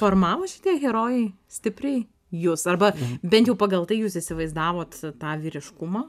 formavo šitie herojai stipriai jus arba bent jau pagal tai jūs įsivaizdavot tą vyriškumą